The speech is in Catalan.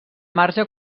marge